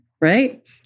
right